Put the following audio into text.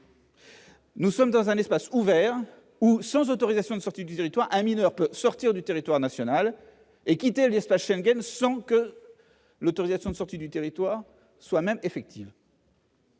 Nous sommes dans un espace ouvert où, sans autorisation de sortie du territoire, un mineur peut sortir du territoire national et quitter l'espace Schengen sans autorisation. Responsabiliser les parents,